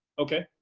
okay.